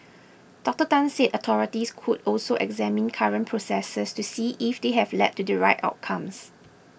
Doctor Tan said authorities could also examine current processes to see if they have led to the right outcomes